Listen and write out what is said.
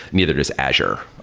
neither does azure.